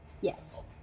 Yes